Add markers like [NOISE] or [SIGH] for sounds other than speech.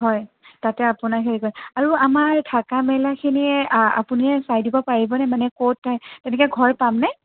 হয় তাতে আপোনাৰ [UNINTELLIGIBLE] আৰু আমাৰ থাকা মেলা খিনি আপুনিয়ে চাই দিব পাৰিব নে মানে ক'ত তেনেকে ঘৰ পাম নে